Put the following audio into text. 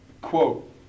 Quote